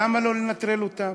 למה לא לנטרל אותם?